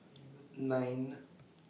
nine